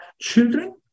children